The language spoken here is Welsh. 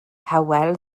hywel